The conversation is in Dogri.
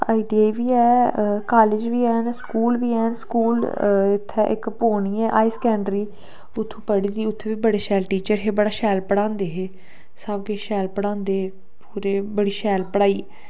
आईटीआई बी ऐ कालेज बी ऐन स्कूल बी ऐन स्कूल इत्थै इक पौनी ऐ हायर सेकेंडरी उत्थूं पढ़ी दी उत्थै बी बड़े शैल टीचर हे बड़ा शैल पढ़ांदे हे सब किश शैल पढ़ांदे हे पूरेे बड़ी शैल पढ़ाई